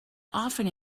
often